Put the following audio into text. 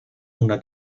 una